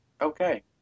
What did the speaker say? Okay